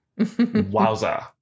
wowza